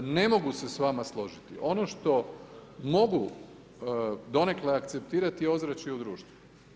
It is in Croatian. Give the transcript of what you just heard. Ne mogu se s vama složiti, ono što mogu donekle akceptirati je ozračje u društvu.